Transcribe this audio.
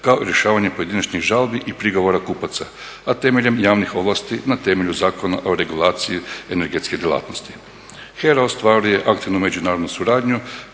kao i rješavanje pojedinačnih žalbi i prigovora kupaca a temeljem javnih ovlasti na temelju Zakona o regulaciji energetske djelatnosti. HERA ostvaruje aktivnu međunarodnu suradnju